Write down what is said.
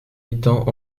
étang